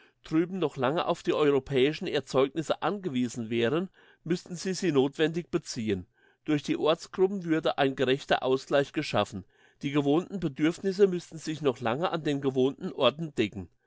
drüben noch lange auf die europäischen erzeugnisse angewiesen wären müssten sie sie nothwendig beziehen durch die ortsgruppen würde ein gerechter ausgleich geschaffen die gewohnten bedürfnisse müssten sich noch lange an den gewohnten orten decken